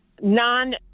non